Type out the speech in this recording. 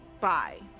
Bye